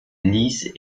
lisse